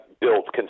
built